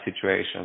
situation